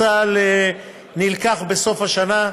מנוצל נלקח בסוף השנה.